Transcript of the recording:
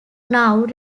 now